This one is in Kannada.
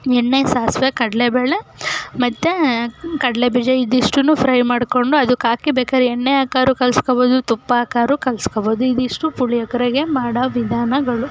ಎಣ್ಣೆ ಸಾಸಿವೆ ಕಡಲೆಬೇಳೆ ಮತ್ತು ಕಡಲೆಬೀಜ ಇದಿಷ್ಟನ್ನೂ ಫ್ರೈ ಮಾಡಿಕೊಂಡು ಅದಕ್ಕೆ ಹಾಕಿ ಬೇಕಾದ್ರೆ ಎಣ್ಣೆ ಹಾಕಾದ್ರೂ ಕಲ್ಸ್ಕೊಳ್ಬೋದು ತುಪ್ಪ ಹಾಕಾದ್ರೂ ಕಲ್ಸ್ಕೊಳ್ಬೋದು ಇದಿಷ್ಟು ಪುಳಿಯೋಗರೆಗೆ ಮಾಡೋ ವಿಧಾನಗಳು